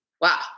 Wow